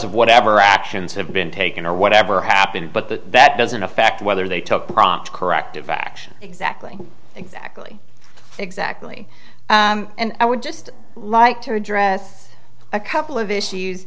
of whatever actions have been taken or whatever happened but the that doesn't affect whether they took prompt corrective action exactly exactly exactly and i would just like to address a couple of issues